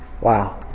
Wow